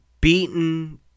beaten